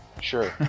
Sure